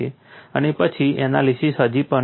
અને પછી એનાલિસીસ હજી પણ માન્ય છે